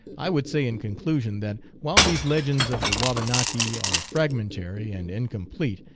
i would say in conclusion that, while these legends of the wabanaki are fragmentary and incomplete,